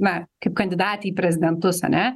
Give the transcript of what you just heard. na kaip kandidatei į prezidentus ane